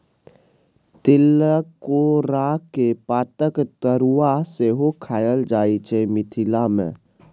तिलकोराक पातक तरुआ सेहो खएल जाइ छै मिथिला मे